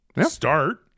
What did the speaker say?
start